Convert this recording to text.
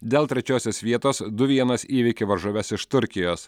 dėl trečiosios vietos du vienas įveikė varžoves iš turkijos